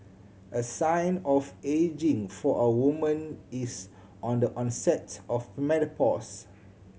a sign of ageing for a woman is on the onset of menopause